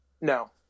No